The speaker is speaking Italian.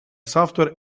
software